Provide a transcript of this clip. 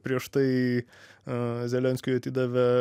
prieš tai zelenskiui atidavė